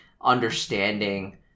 understanding